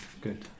good